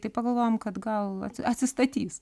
tai pagalvojom kad gal atsistatys